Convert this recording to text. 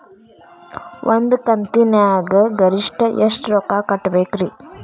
ಒಂದ್ ಕಂತಿನ್ಯಾಗ ಗರಿಷ್ಠ ಎಷ್ಟ ರೊಕ್ಕ ಕಟ್ಟಬೇಕ್ರಿ?